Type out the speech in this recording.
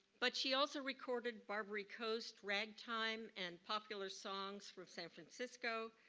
but she also recorded barbary coast, rag time, and popular songs from san francisco,